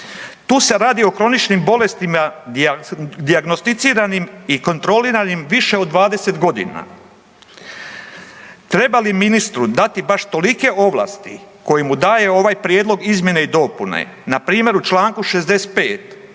Tu se radi o kroničnim bolestima dijagnosticiranim i kontroliranim više od 20 godina. Treba li ministru dati baš tolike ovlasti koje mu daje ovaj prijedlog izmjene i dopune. Na primjer, u članku 65.